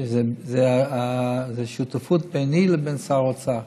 שזה השותפות ביני לבין שר האוצר.